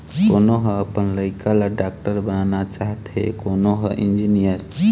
कोनो ह अपन लइका ल डॉक्टर बनाना चाहथे, कोनो ह इंजीनियर